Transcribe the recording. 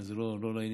זה לא לעניין,